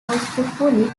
fully